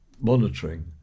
monitoring